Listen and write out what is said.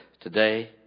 today